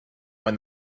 when